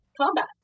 combat